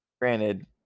Granted